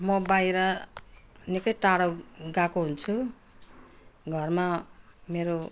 म बाहिर निकै टाढो गएको हुन्छु घरमा मेरो